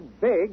big